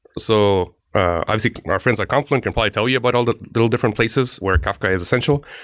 so obviously our friends at confluent can probably tell you about all the little different places where kafka is essential.